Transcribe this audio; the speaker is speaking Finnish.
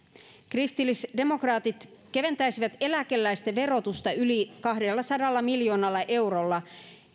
kristillisdemokraatit keventäisivät eläkeläisten verotusta yli kahdellasadalla miljoonalla eurolla